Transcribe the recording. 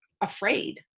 afraid